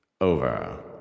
over